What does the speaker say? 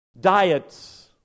Diets